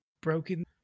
Broken